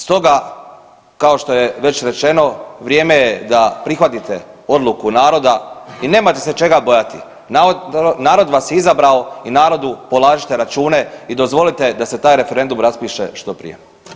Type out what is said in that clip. Stoga kao što je već rečeno vrijeme je da prihvatite odluku naroda i nemate se čega bojati, narod vas je izabrao i narodu polažite račune i dozvolite da se taj referendum raspiše što prije.